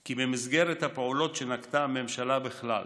כי במסגרת הפעולות שנקטה הממשלה בכלל